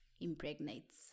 impregnates